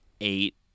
eight